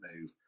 move